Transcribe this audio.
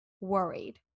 worried